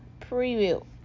Preview